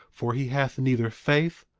for he hath neither faith,